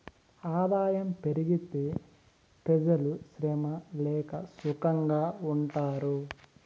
ఆదాయం పెరిగితే పెజలు శ్రమ లేక సుకంగా ఉంటారు